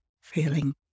feeling